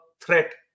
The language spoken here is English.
threat